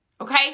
Okay